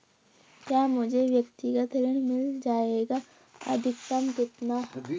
क्या मुझे व्यक्तिगत ऋण मिल जायेगा अधिकतम कितना?